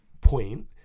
point